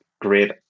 great